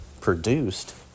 produced